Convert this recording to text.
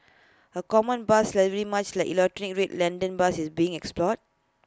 A common bus livery much like the iconic red London bus is being explored